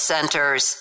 Centers